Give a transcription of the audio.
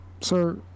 Sir